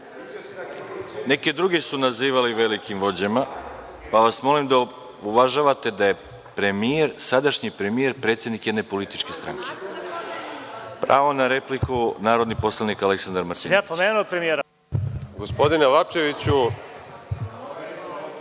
Neke druge su nazivali velikim vođama, pa vas molim da uvažavate da je sadašnji premijer predsednik jedne političke stranke. Reč ima narodni poslanik Aleksandar Martinović,